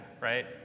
right